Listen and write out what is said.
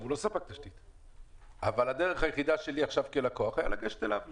הוא לא ספק תשתית אבל הדרך היחידה שלי עכשיו כלקוח הייתה לגשת אליו,